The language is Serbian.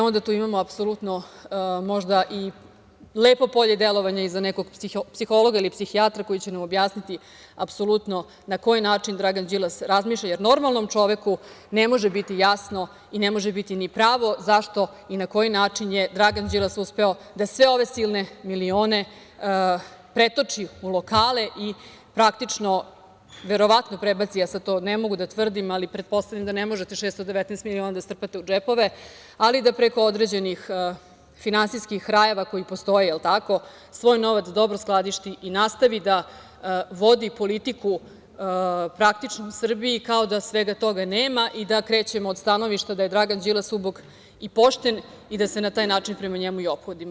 Onda tu imamo apsolutno možda i lepo polje delovanja i za nekog psihologa ili psihijatra koji će nam objasniti apsolutno na koji način Dragan Đilas razmišlja, jer normalnom čovek ne može biti jasno i ne može biti ni pravo zašto i na koji način je Dragan Đilas uspeo da sve ove silne milione pretoči u lokale i verovatno prebaci, sad to ne mogu da tvrdim, ali pretpostavljam da ne možete 619 miliona da strpate u džepove, ali da preko određenih finansijskih rajeva koji postoje svoj novac dobro skladišti i nastavi da vodi politiku u Srbiji kao da svega toga nema i da krećemo od stanovišta da je Dragan Đilas ubog i pošten i da se na taj način prema njemu i ophodimo.